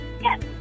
Yes